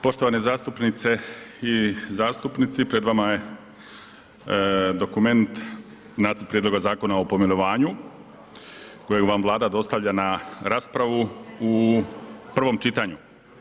Poštovane zastupnice i zastupnici, pred vama je dokument, nacrt Prijedloga Zakona o pomilovanju kojeg vam Vlada dostavlja na raspravu u prvom čitanju.